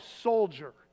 soldier